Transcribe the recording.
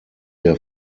der